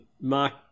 Mark